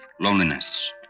loneliness